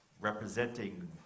Representing